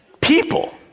people